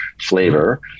flavor